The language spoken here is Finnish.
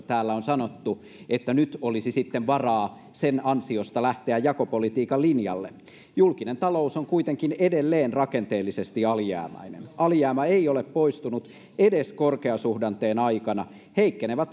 täällä on sanottu että nyt olisi sitten varaa sen ansiosta lähteä jakopolitiikan linjalle julkinen talous on kuitenkin edelleen rakenteellisesti alijäämäinen alijäämä ei ole poistunut edes korkeasuhdanteen aikana heikkenevä